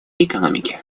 экономики